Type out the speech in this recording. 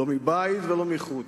לא מבית ולא מחוץ,